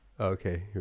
Okay